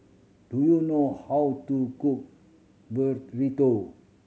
do you know how to cook Burrito